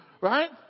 Right